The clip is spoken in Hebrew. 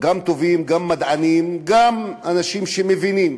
גם טובים, גם מדענים, גם אנשים שמבינים,